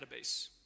database